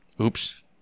oops